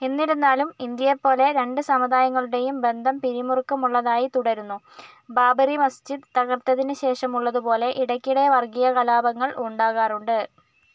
എന്നിരുന്നാലും ഇന്ത്യയെപ്പോലെ രണ്ട് സമുദായങ്ങളുടെയും ബന്ധം പിരിമുറുക്കമുള്ളതായി തുടരുന്നു ബാബറി മസ്ജിദ് തകർത്തതിന് ശേഷമുള്ളതുപോലെ ഇടയ്ക്കിടെ വർഗീയ കലാപങ്ങൾ ഉണ്ടാകാറുണ്ട്